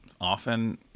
often